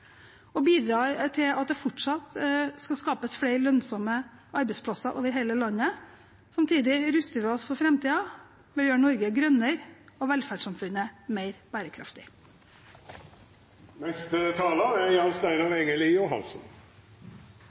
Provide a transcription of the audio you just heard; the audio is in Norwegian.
til at det fortsatt skal skapes flere lønnsomme arbeidsplasser over hele landet. Samtidig ruster vi oss for framtiden ved å gjøre Norge grønnere og velferdssamfunnet mer